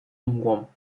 mgłą